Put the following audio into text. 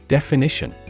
Definition